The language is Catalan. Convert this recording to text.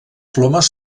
plomes